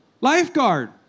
lifeguard